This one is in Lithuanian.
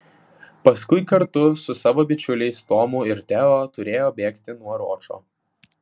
paskui kartu su savo bičiuliais tomu ir teo turėjo bėgti nuo ročo